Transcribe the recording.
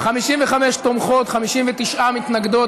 55 תומכות, 59 מתנגדות.